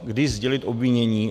Kdy sdělit obvinění.